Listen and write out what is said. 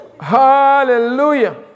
Hallelujah